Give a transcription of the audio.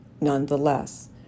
nonetheless